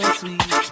sweet